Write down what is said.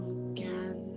again